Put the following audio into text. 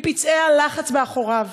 מפצעי הלחץ באחוריו,